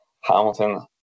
Hamilton